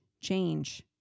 change